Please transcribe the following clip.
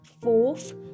Fourth